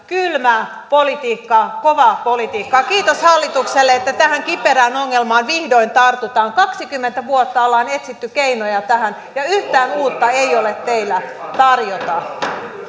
kylmää politiikkaa kovaa politiikkaa kiitos hallitukselle että tähän kiperään ongelmaan vihdoin tartutaan kaksikymmentä vuotta ollaan etsitty keinoja tähän ja yhtään uutta ei ole teillä tarjota